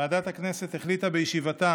ועדת הכנסת החליטה בישיבתה